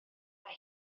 mae